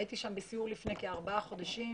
הייתי שם בסיור לפני כארבעה חודשים